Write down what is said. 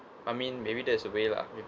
I mean maybe there's a way lah maybe